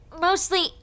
Mostly